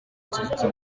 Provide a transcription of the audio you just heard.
institute